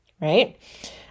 right